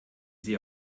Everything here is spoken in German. sie